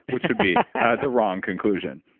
which would be the wrong conclusion.